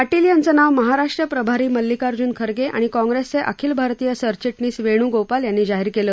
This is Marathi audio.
पाटील यांचं नाव महाराष्ट्र प्रभारी मल्लिकार्ज्न खरगे आणि काँग्रेसचे अखिल भारतीय सरचिटणीस वेण्गोपाल यांनी जाहीर केलं